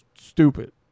stupid